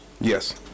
Yes